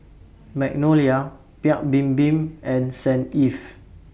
Magnolia Paik's Bibim and Saint Ives